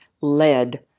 lead